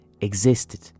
existed